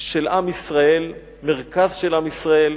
של עם ישראל, מרכז של עם ישראל,